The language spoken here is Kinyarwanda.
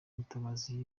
mutabazi